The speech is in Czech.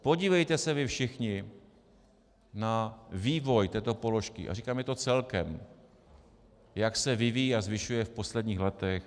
Podívejte se vy všichni na vývoj této položky, a říkám, je to celkem, jak se vyvíjí a zvyšuje v posledních letech.